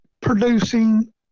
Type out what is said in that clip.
producing